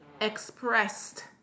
expressed